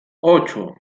ocho